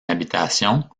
habitation